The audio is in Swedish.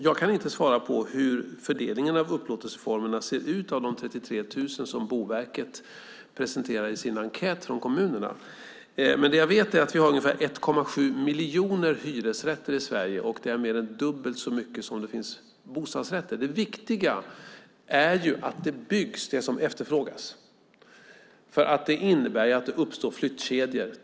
Jag kan inte svara på hur fördelningen av upplåtelseformerna ser ut för de 33 000 som Boverket presenterade i sin enkät från kommunerna. Det jag vet är att vi har ungefär 1,7 miljoner hyresrätter i Sverige, och det är mer än dubbelt så mycket som bostadsrätter. Det viktiga är ju att det byggs det som efterfrågas. Det innebär att det uppstår flyttkedjor.